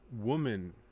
woman